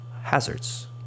hazards